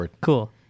cool